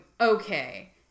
okay